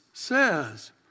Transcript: says